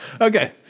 Okay